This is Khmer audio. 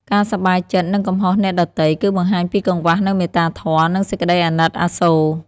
ការសប្បាយចិត្តនឹងកំហុសអ្នកដទៃ គឺបង្ហាញពីកង្វះនូវមេត្តាធម៌ និងសេចក្តីអាណិតអាសូរ។